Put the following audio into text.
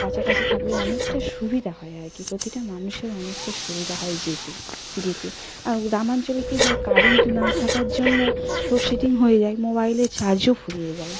কাছাকাছি থাকলে অনেকটা সুবিধা হয় আর কি প্রতিটা মানুষের অনেকটা সুবিধা হয় যেতে যেতে আর গ্রামাঞ্চলে কী হয় কারেন্ট না থাকার জন্য লোডশেডিং হয়ে যায় মোবাইলে চার্জও ফুরিয়ে যায়